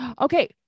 Okay